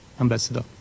Ambassador